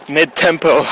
mid-tempo